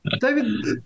David